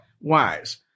Wise